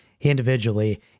individually